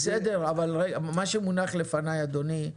מה שמונח לפניי, אדוני,